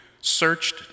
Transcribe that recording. searched